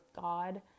God